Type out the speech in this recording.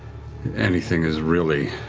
anything is really